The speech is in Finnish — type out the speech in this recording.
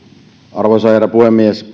arvoisa herra puhemies